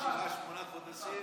עוד שבעה-שמונה חודשים,